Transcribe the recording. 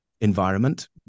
environment